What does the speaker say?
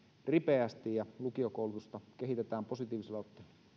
ripeästi ja lukiokoulutusta kehitetään positiivisella